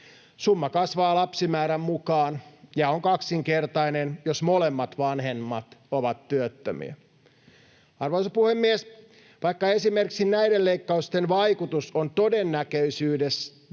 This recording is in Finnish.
Summa kasvaa lapsimäärän mukaan ja on kaksinkertainen, jos molemmat vanhemmat ovat työttömiä. Arvoisa puhemies! Vaikka esimerkiksi näiden leikkausten vaikutus on todennäköisesti